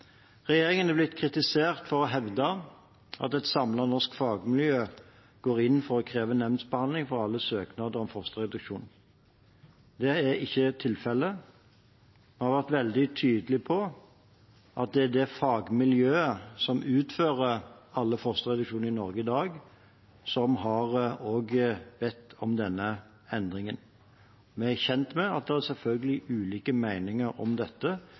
Regjeringen er blitt kritisert for å hevde at et samlet norsk fagmiljø går inn for å kreve nemndsbehandling for alle søknader om fosterreduksjon. Det er ikke tilfellet. Vi har vært veldig tydelig på at det er det fagmiljøet som utfører alle fosterreduksjoner i Norge i dag, som har bedt om denne endringen. Vi er kjent med at det selvfølgelig er ulike meninger om dette,